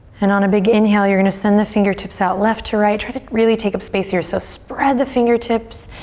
and on a big inhale you're gonna send the fingertips out left to right. try to really take up space here so spread the fingertips,